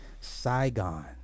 Saigon